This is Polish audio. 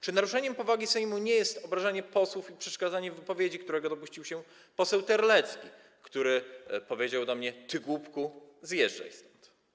Czy naruszeniem powagi Sejmu nie jest obrażanie posłów i przeszkadzanie w wystąpieniach, czego dopuścił się poseł Terlecki, który powiedział do mnie: ty głupku, zjeżdżaj stąd?